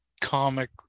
comic